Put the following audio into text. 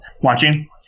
watching